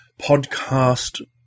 podcast